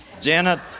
Janet